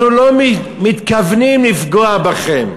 אנחנו לא מתכוונים לפגוע בכם.